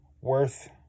worth